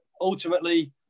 ultimately